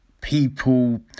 people